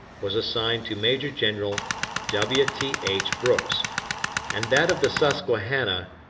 was assigned to major-general w. t. h. brooks and that of the susquehanna,